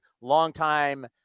longtime